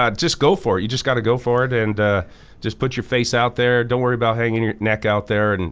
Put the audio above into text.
just go for it, you just gotta go for it and just put your face out there, don't worry about hanging your neck out there. and